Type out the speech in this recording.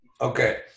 Okay